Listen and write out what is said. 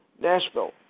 Nashville